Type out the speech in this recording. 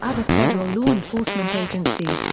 other federal law enforcement agencies,